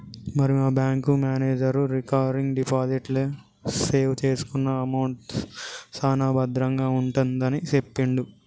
మరి మా bank manager recurring deposit లో సేవ్ చేసుకున్న అమౌంట్ సాన భద్రంగా ఉంటుందని సెప్పిండు